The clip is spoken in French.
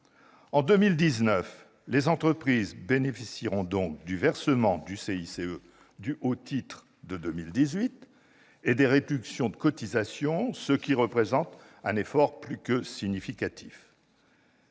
En 2019, les entreprises bénéficieront donc du versement du CICE dû au titre de 2018 et des réductions de cotisations, ce qui représente un effort plus que significatif.